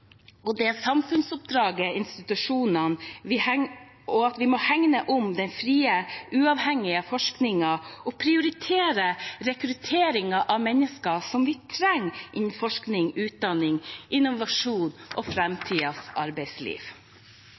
samfunnsoppdraget til institusjonene. Vi må hegne om den frie, uavhengige forskningen og prioritere rekruttering av menneskene vi trenger innen forskning, utdanning og innovasjon i framtidens arbeidsliv.